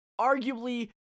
arguably